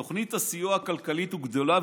תוכנית הסיוע הכלכלית היא גדולה,